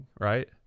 right